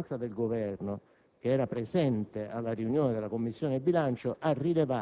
Casula, che era